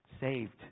saved